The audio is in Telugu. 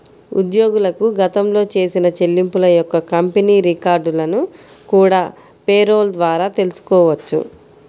ఉద్యోగులకు గతంలో చేసిన చెల్లింపుల యొక్క కంపెనీ రికార్డులను కూడా పేరోల్ ద్వారా తెల్సుకోవచ్చు